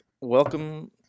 Welcome